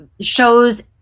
shows